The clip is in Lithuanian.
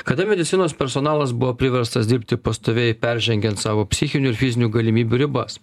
kada medicinos personalas buvo priverstas dirbti pastoviai peržengiant savo psichinių ir fizinių galimybių ribas